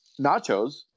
Nachos